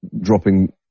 dropping